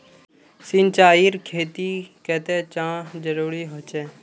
सिंचाईर खेतिर केते चाँह जरुरी होचे?